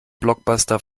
blockbuster